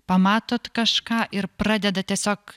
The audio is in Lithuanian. pamatot kažką ir pradedat tiesiog